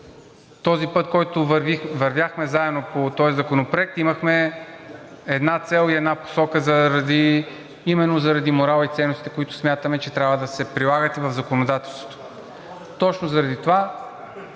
този път, по който вървяхме заедно по този законопроект, имахме една цел и една посока именно заради морала и ценностите, които смятаме, че трябва да се прилагат и в законодателството. Точно заради това